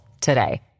today